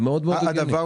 זה מאוד מאוד הגיוני.